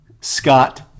Scott